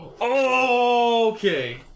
Okay